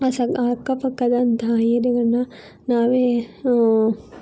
ಆ ಸ ಆ ಅಕ್ಕಪಕ್ಕದಂತಹ ಏರಿಯಾಗಳನ್ನು ನಾವೇ